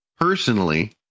personally